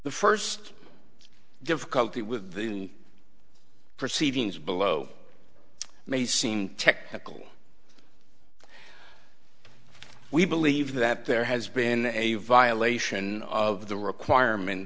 the first difficulty with the proceedings below may seem technical we believe that there has been a violation of the requirement